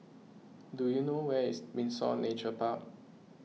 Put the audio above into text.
do you know where is Windsor Nature Park